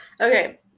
Okay